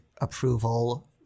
approval